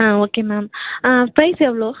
ஆ okay ma'am price எவ்வளோ